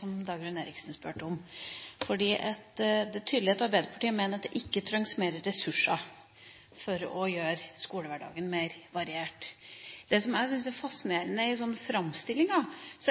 som Dagrun Eriksen spurte om, for det er tydelig at Arbeiderpartiet mener at det ikke trengs mer ressurser for å gjøre skolehverdagen mer variert. Det som jeg syns er fascinerende i framstillinga,